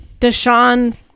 Deshaun